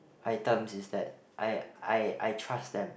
item is that I I I trust them